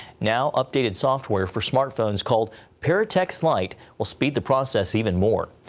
now updated software for smart phones called para-text light will speed the process even more.